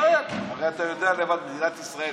הרי אתה יודע לבד,